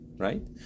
right